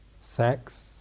sex